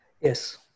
yes